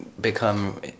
become